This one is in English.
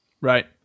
Right